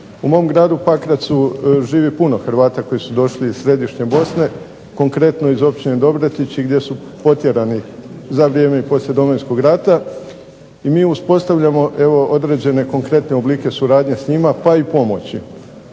U mom gradu Pakracu živi puno Hrvata koji su došli iz središnje Bosne, konkretno iz općine Dobretići gdje su potjerani za vrijeme i poslije Domovinskog rata i mi uspostavljamo evo određene konkretne oblike suradnje s njima pa i pomoći,